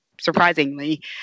surprisingly